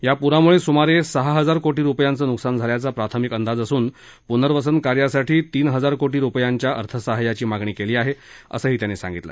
या पुरामुळे सुमारे सहा हजार कोटी रुपयांचं नुकसान झाल्याचा प्राथमिक अंदाज असून पुनर्वसन कार्यासाठी तीन हजार कोटी रुपयांच्या अर्थसहाय्याची मागणी केली आहे असही ते म्हणाले